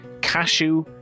Cashew